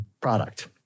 product